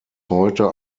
heute